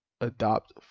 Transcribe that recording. adopt